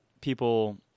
people